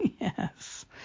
Yes